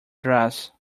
dress